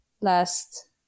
last